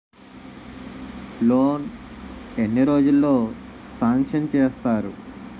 Loan ఎన్ని రోజుల్లో sanction చేస్తారు?